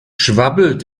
schwabbelt